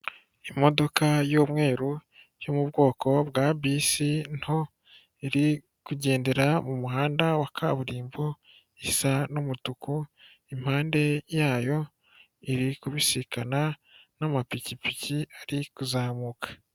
Imodoka y'umweru yo mu bwoko bwa bisi nto iri kugendera mu muhanda wa kaburimbo isa n'umutuku impande yayo iri kubisikana n'amapikipiki ari kuzamuka.